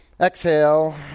exhale